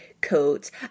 coats